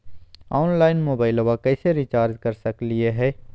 Online मोबाइलबा कैसे recharge कर सकलिए है?